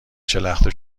شلخته